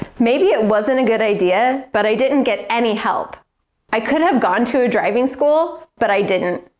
maybe it wasn't a good idea but i didn't get any help i could have gone to a driving school but i didn't.